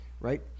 right